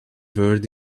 world